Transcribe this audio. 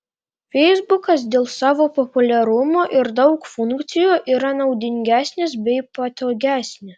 feisbukas dėl savo populiarumo ir daug funkcijų yra naudingesnis bei patogesnis